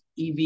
EV